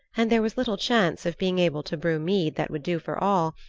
and there was little chance of being able to brew mead that would do for all,